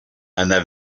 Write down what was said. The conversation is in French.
anna